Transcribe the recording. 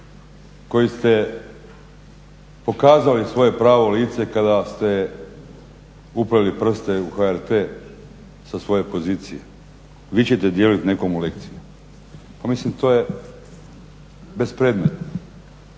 koji ste pokazali svoje pravo lice kada ste uprli prste u HRT sa svoje pozicije, vi ćete dijeliti nekome lekcije. Pa mislim to je bespredmetno.